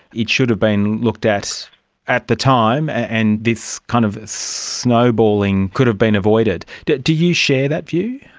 it should have been looked at at the time, and this kind of snowballing could have been avoided. do do you share that view?